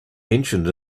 mentioned